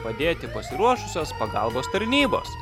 padėti pasiruošusios pagalbos tarnybos